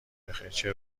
بخیر، چه